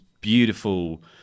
beautiful